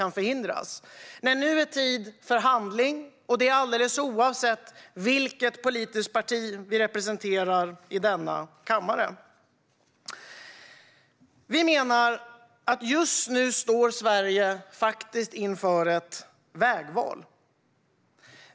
Nu är tid för handling, alldeles oavsett vilket politiskt parti vi representerar i denna kammare. Vi menar att Sverige just nu står inför ett vägval.